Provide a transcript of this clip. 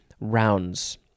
rounds